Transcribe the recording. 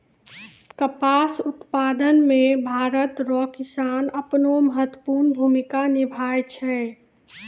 कपास उप्तादन मे भरत रो किसान अपनो महत्वपर्ण भूमिका निभाय छै